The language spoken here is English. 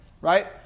right